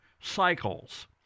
cycles